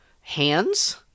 hands